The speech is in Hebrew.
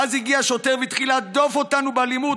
ואז הגיע שוטר והתחיל להדוף אותנו באלימות,